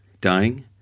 Dying